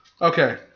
Okay